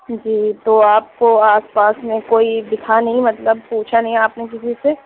جی تو آپ کو آس پاس میں کوئی دکھا نہیں مطلب پوچھا نہیں آپ نے کسی سے